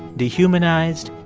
dehumanized,